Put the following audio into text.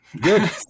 good